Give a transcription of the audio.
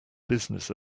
business